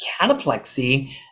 cataplexy